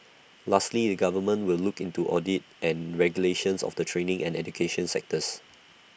lastly the government will look into audit and regulations of the training and education sectors